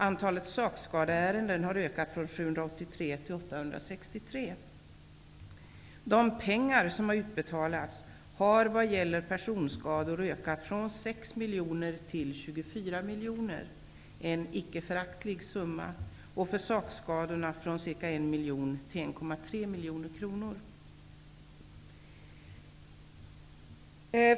Antalet sakskadeärenden har ökat från 783 till 863. De belopp som utbetalats har vad gäller personskador ökat från 6 miljoner till ca 24 miljoner -- en icke föraktlig summa -- och vad gäller sakskadorna från ca 1 miljon till 1,3 miljoner kronor.